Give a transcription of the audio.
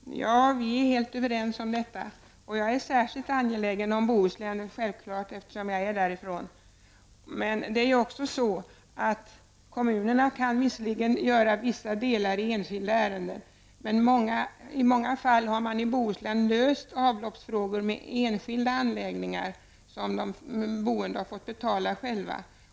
Herr talman! Ja, vi är helt överens om detta. Jag är självfallet särskilt angelägen om Bohuslän, eftersom jag kommer därifrån. Kommunerna kan visserligen göra vissa delar i enskilda ärenden, men i många fall har man i Bohuslän löst avloppsfrågor med enskilda anläggningar som de boende har fått betala själva.